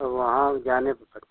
तो वहाँ वो जाने पर पता